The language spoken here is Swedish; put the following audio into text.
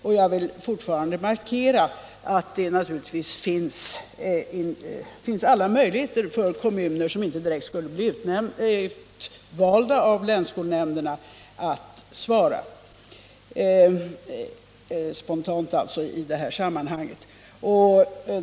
Och jag vill fortfarande markera att det naturligtvis finns alla möjligheter för kommuner, som inte direkt skulle bli utvalda av länsskolnämnderna, att svara i detta sammanhang — spontant alltså.